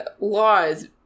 laws